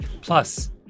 Plus